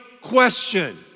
question